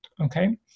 okay